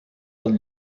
del